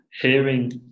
hearing